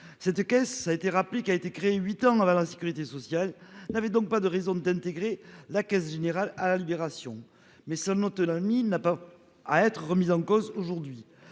Cette caisse, qui a été créée huit ans avant la sécurité sociale, n'avait aucune raison d'adhérer au régime général à la Libération. Pour autant, son autonomie n'a pas à être remise en cause aujourd'hui.